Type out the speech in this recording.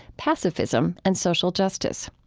passivism and social justice,